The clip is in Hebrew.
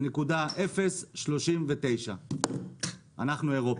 0.039, אנחנו אירופה.